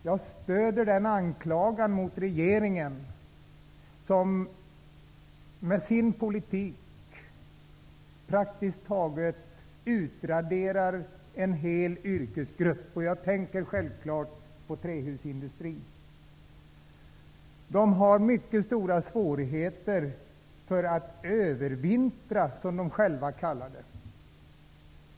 Jag stöder den anklagelsen mot regeringen som med sin politik praktiskt taget utraderar en hel yrkesgrupp. Jag tänker självfallet på trähusindustrin. Den har mycket stora svårigheter att ''övervintra'', som de själva kallar det.